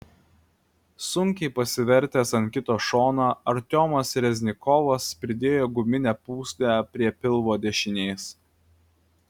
sunkiai pasivertęs ant kito šono artiomas reznikovas pridėjo guminę pūslę prie pilvo dešinės